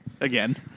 again